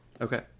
okay